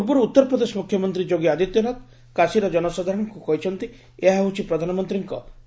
ପୂର୍ବରୁ ଉତ୍ତର ପ୍ରଦେଶ ମୁଖ୍ୟମନ୍ତ୍ରୀ ଯୋଗୀ ଆଦିତ୍ୟନାଥ କାଶୀ'ର ଜନସାଧାରଣଙ୍କୁ କହିଛନ୍ତି ଏହା ହେଉଛି ପ୍ରଧାନମନ୍ତ୍ରୀଙ୍କ ଦୀପାବଳି ଉପହାର